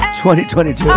2022